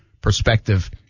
perspective